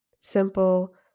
simple